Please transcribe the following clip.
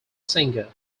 singer